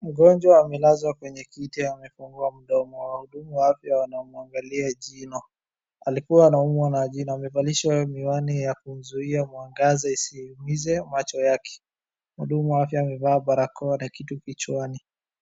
Mgonjwa amelazwa kwenye kiti amefungua mdomo, wahudumu wa afya wanamwangalia jinol. Alikua anaumwa na jino. Amevalishwa miwani ya kumzuia mwangaza isiumiza macho yake. Mhudumu wa afya amevaa barakoa na kitu kichwani.